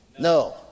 No